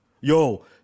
Yo